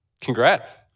Congrats